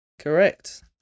Correct